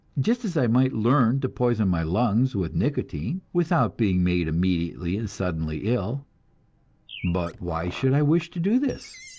just as i might learn to poison my lungs with nicotine without being made immediately and suddenly ill but why should i wish to do this?